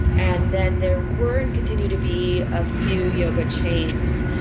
and then there were and continue to be a few yoga chains.